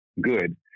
good